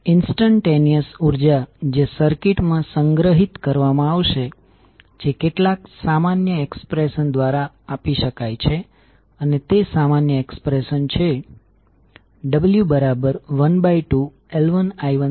હવે ફ્લક્સ 1એ કોઈલ 1 સાથે લીંક થયેલ છે કારણ કે જો તમે આકૃતિ જોશો તો ફ્લક્સ 1એ 1112 છે જે પૂર્ણ રીતે આ કોઈલ એક સાથે લીંક થયેલ છે